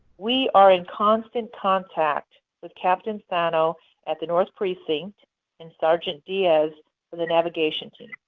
we are in constant contact with captain sano at the north precinct and sergeant diaz with the navigating team.